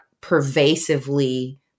pervasively